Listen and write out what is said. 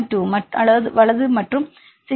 2 வலது மற்றும் 16